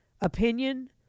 opinion